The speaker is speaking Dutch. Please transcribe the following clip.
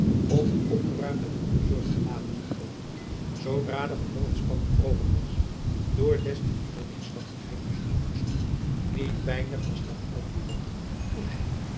om een opgeruimd en onbezorgd gelaat te vertoonen zoodra de gedwongen spanning over was door des te dieper neêrslachtigheid bezuren moest niet weinig was dan ook buat toen hy